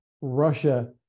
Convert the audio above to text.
Russia